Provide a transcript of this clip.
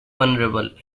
vulnerable